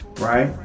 right